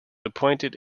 appointed